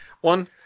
One